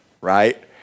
Right